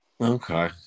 Okay